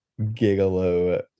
gigolo